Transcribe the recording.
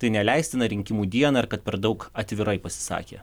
tai neleistina rinkimų dieną ar kad per daug atvirai pasisakė